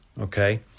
okay